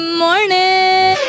morning